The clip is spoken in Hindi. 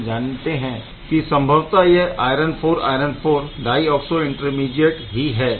हम जानते है की संभवतः यह iron IV iron IV dioxo intermediate ही है